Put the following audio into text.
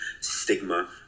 stigma